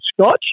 Scotch